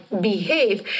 behave